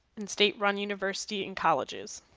and state-run universities in colleges.